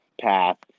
path